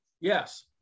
Yes